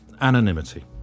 anonymity